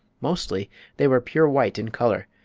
mostly they were pure white in color,